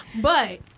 But-